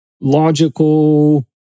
logical